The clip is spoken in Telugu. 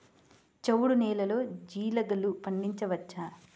చవుడు నేలలో జీలగలు పండించవచ్చా?